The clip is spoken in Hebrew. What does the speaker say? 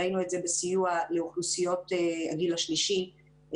ראינו את זה בסיוע לאוכלוסיות הגיל השלישי,